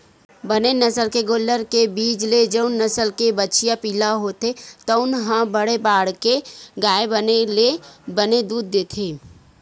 बने नसल के गोल्लर के बीज ले जउन नसल के बछिया पिला होथे तउन ह बड़े बाड़के गाय बने ले बने दूद देथे